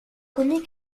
commis